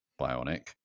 bionic